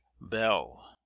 Bell